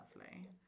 lovely